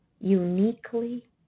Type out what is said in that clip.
uniquely